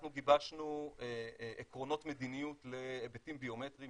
אנחנו גיבשנו עקרונות מדיניות להיבטים ביומטריים